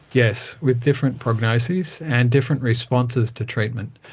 yes, with different prognoses and different responses to treatment.